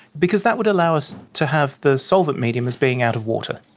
because that would allow us to have the solvent medium as being out of water.